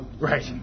Right